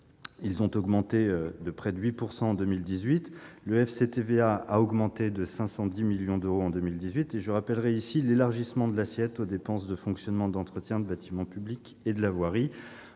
territoriales de près de 8 % en 2018. Le FCTVA a augmenté de 510 millions d'euros l'an dernier. Je rappellerai l'élargissement de l'assiette aux dépenses de fonctionnement et d'entretien des bâtiments publics et de la voirie.